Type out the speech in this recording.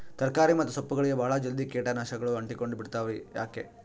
ತರಕಾರಿ ಮತ್ತು ಸೊಪ್ಪುಗಳಗೆ ಬಹಳ ಜಲ್ದಿ ಕೇಟ ನಾಶಕಗಳು ಅಂಟಿಕೊಂಡ ಬಿಡ್ತವಾ ಯಾಕೆ?